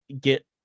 get